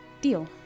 Deal